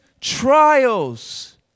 trials